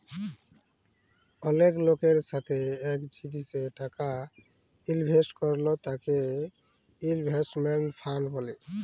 অলেক লকের সাথে এক জিলিসে টাকা ইলভেস্ট করল তাকে ইনভেস্টমেন্ট ফান্ড ব্যলে